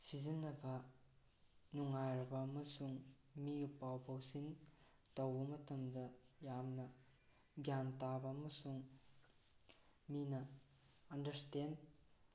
ꯁꯤꯖꯤꯟꯅꯕ ꯅꯨꯡꯉꯥꯏꯔꯕ ꯑꯃꯁꯨꯡ ꯃꯤꯒ ꯄꯥꯎ ꯐꯥꯎꯁꯤꯟ ꯇꯧꯕ ꯃꯇꯝꯗ ꯌꯥꯝꯅ ꯒ꯭ꯌꯥꯟ ꯇꯥꯕ ꯑꯃꯁꯨꯡ ꯃꯤꯅ ꯑꯟꯗꯔꯁꯇꯦꯟ